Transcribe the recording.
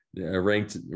Ranked